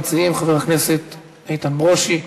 ראשון המציעים, חבר הכנסת איתן ברושי.